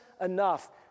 enough